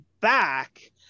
back